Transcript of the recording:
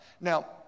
now